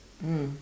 mm